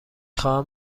خواهم